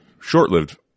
short-lived